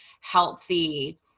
healthy